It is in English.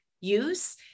use